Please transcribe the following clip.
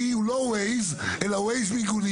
לפי, לא "ווייז" (waze) אלא "ווייז מיגוניות".